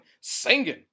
singing